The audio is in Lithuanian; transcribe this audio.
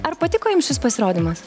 ar patiko jums šis pasirodymas